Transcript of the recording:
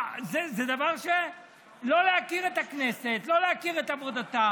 זה דבר, לא להכיר את הכנסת, לא להכיר את עבודתה.